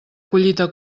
collita